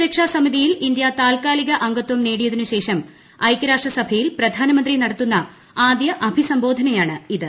സുരക്ഷാ സമിതിയിൽ ഇന്ത്യ താത്കാലിക അംഗത്വം നേടിയതിനു ശേഷം ഐക്യരാഷ്ട്ര സഭയിൽ പ്രധാനമന്ത്രി നടത്തുന്ന ആദ്യ അഭിസംബോധനയാണിത്